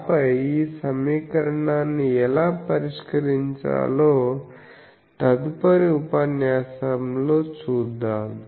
ఆపై ఈ సమీకరణాన్ని ఎలా పరిష్కరించాలో తదుపరి ఉపన్యాసంలో చూద్దాం